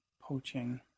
poaching